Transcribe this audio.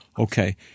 Okay